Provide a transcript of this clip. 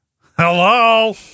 Hello